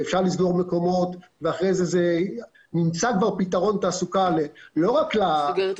שאפשר לסגור מקומות וימצאו פתרון תעסוקה לא רק לעוד